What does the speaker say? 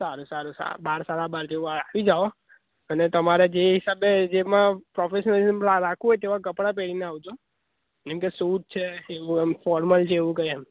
સારું સારું બાર સાવ બાર જેવું આપી જાવ અને તમારે જે હિસાબે જેમાં પ્રોફેશનલિસમ રા રા રાખવું હોય તેવા કપડાં પહરીને આવજો જેમ કે સૂટ છે ફોર્મલ જેવું કંઈ એમ